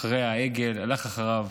אחרי העגל, הלך אחריו,